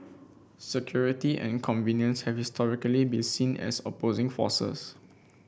security and convenience have historically been seen as opposing forces